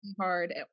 Hard